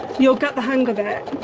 you'll get the hang of it